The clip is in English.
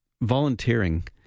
volunteering